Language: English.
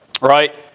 right